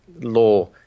law